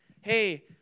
hey